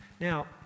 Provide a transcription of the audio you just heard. Now